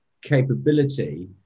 capability